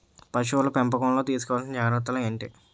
పశువుల పెంపకంలో తీసుకోవల్సిన జాగ్రత్త లు ఏంటి?